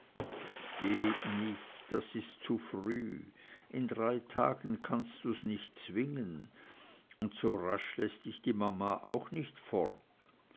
geht nicht das ist zu früh in drei tagen kannst du's nicht zwingen und so rasch läßt dich die mama auch nicht fort